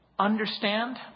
understand